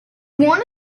wanna